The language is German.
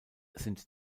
sind